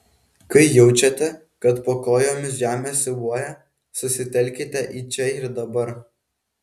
kai jaučiate kad po kojomis žemė siūbuoja susitelkite į čia ir dabar